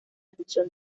reducción